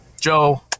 joe